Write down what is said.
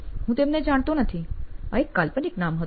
હું તેમને જાણતો નથી આ એક કાલ્પનિક નામ હતું